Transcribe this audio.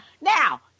Now